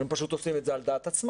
הם פשוט עושים את זה על דעת עצמם.